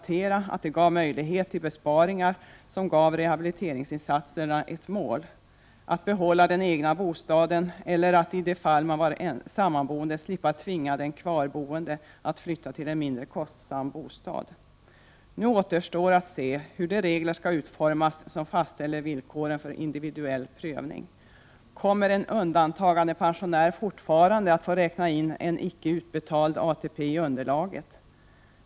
Friåret gav möjligheter till besparingar. Därmed fick rehabiliteringsinsatserna ett mål. Det gällde att behålla den egna bostaden och för sammanboende att slippa tvinga den kvarboende att flytta till en mindre kostsam bostad. Nu återstår att se hur de regler skall utformas som fastställer villkoren för individuell prövning. Kommer en undantagandepensionär även i fortsättningen att få räkna in icke utbetald ATP i underlaget?